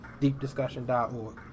deepdiscussion.org